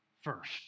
first